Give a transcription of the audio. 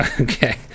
Okay